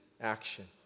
action